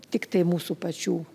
tiktai mūsų pačių